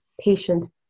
patient